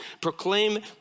proclaim